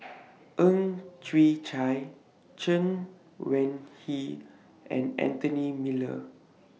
Ang Chwee Chai Chen Wen Hsi and Anthony Miller